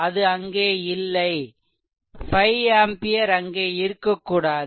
அது அங்கே இல்லை 5 ஆம்பியர் அங்கே இருக்கக்கூடாது